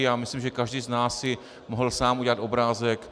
Já myslím, že každý z nás si mohl sám udělat obrázek.